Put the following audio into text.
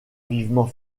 vivement